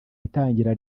itangira